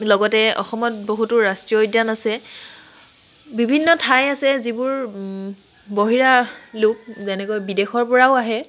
লগতে অসমত বহুতো ৰাষ্ট্ৰীয় উদ্যান আছে বিভিন্ন ঠাই আছে যিবোৰ বহিৰা লোক যেনেকৈ বিদেশৰ পৰাও আহে